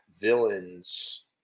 villains